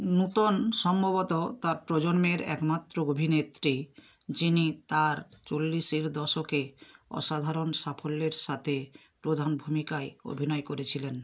নূতন সম্ভবত তার প্রজন্মের একমাত্র অভিনেত্রী যিনি তার চল্লিশের দশকে অসাধারণ সাফল্যের সাথে প্রধান ভূমিকায় অভিনয় করেছিলেন